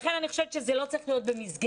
לכן אני חושבת שזה לא צריך להיות במסגרת